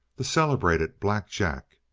the celebrated black jack.